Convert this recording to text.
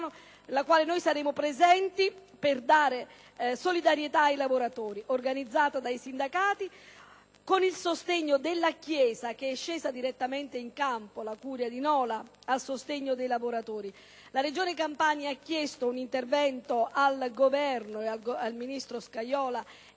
La Regione Campania ha chiesto un intervento al Governo, al ministro Scajola